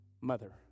mother